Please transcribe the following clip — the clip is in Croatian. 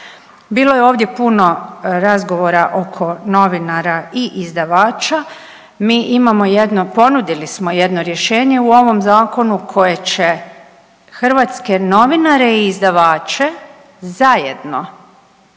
Bilo je ovdje puno razgovora oko novinara i izdavača, mi imamo jedno, ponudili smo jedno rješenje u ovom zakonu koje će hrvatske novinare i izdavače zajedno